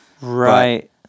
Right